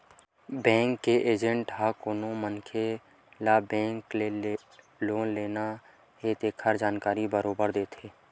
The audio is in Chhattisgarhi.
बेंक के एजेंट ह कोनो मनखे ल बेंक ले लोन लेना हे तेखर जानकारी बरोबर देथे